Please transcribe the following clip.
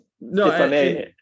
no